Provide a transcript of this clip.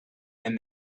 and